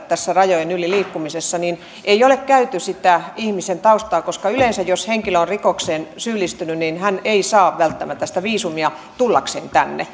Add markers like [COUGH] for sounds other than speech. [UNINTELLIGIBLE] tässä rajojen yli liikkumisessa niin ei ole käyty läpi sitä ihmisen taustaa koska yleensä jos henkilö on rikokseen syyllistynyt niin hän ei saa välttämättä sitä viisumia tullakseen tänne [UNINTELLIGIBLE]